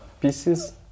pieces